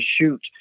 shoot